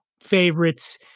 favorites